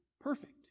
perfect